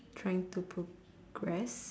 trying to progress